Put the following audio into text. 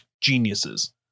Geniuses